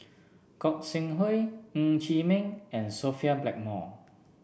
Gog Sing Hooi Ng Chee Meng and Sophia Blackmore